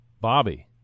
Bobby